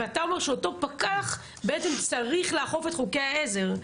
ואתה אומר שאותו פקח בעצם צריך לאכוף את חוקי העזר.